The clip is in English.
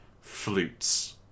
flutes